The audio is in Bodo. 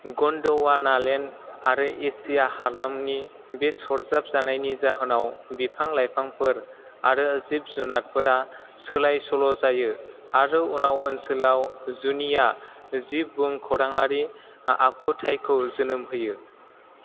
गन्ड'वानालेन्ड आरो एसिया हालामनि बे सरजाब जानायनि जाहोनाव बिफां लाइफांफोर आरो जिब जुनारफोरा सोलाय सोल' जायो आरो उनाव ओनसोलाव जुनिया जिब भुमखौराङारि आखुथायखौ जोनोम होयो